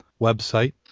website